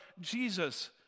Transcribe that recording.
Jesus